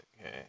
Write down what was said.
Okay